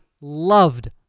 loved